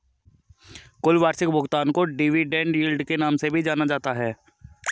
कुल वार्षिक भुगतान को डिविडेन्ड यील्ड के नाम से भी जाना जाता है